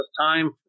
time